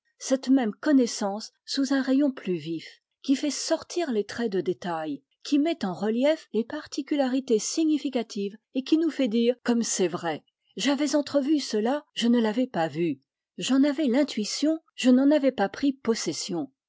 cette même connaissance sous un rayon plus vif qui fait sortir les traits de détail qui met en relief les particularités significatives et qui nous fait dire comme c'est vrai j'avais entrevu cela je ne l'avais pas vu j'en avais l'intuition je n'en avais pas pris possession